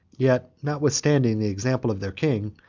yet, notwithstanding the example of their king,